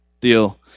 deal